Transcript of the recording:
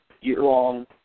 year-long